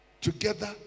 together